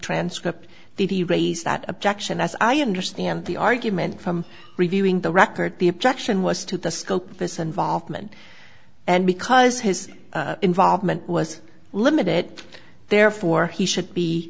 transcript did he raise that objection as i understand the argument from reviewing the record the objection was to the scope of this involvement and because his involvement was limited therefore he should be